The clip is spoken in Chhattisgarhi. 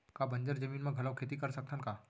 का बंजर जमीन म घलो खेती कर सकथन का?